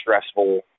stressful